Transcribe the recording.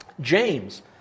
James